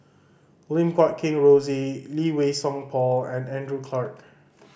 Lim Guat Kheng Rosie Lee Wei Song Paul and Andrew Clarke